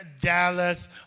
dallas